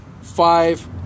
five